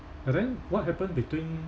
and then what happen between